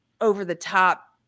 over-the-top